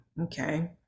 Okay